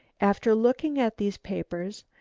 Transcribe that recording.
after looking at these papers,